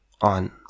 on